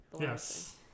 Yes